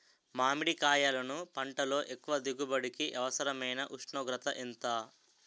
మామిడికాయలును పంటలో ఎక్కువ దిగుబడికి అవసరమైన ఉష్ణోగ్రత ఎంత?